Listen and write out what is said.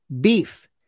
Beef